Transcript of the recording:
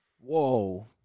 Whoa